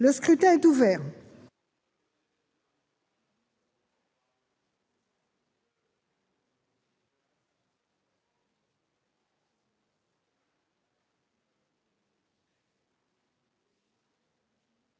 Le scrutin est ouvert.